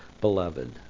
beloved